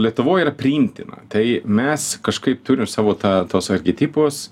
lietuvoj yra priimtina tai mes kažkaip turim savo tą tuos archetipus